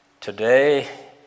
Today